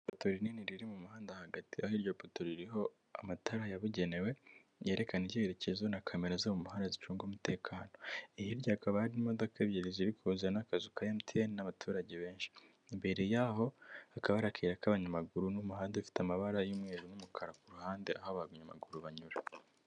Ipoto rinini riri mu muhanda hagati aho iryo poto ririho amatara yabugenewe yerekana icyerekezo na kamera zo mu muhanda zicunga umutekano, hirya hakaba hari imodoka ebyiri ziri kuza n'akazu n'abaturage benshi, imbere yaho hakaba hari akayira k'abanyamaguru n'umuhanda ufite amabara y'umweru n'umukara kuruhande aho abanyamaguru banyura.